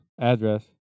Address